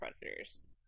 Predators